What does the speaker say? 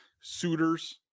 suitors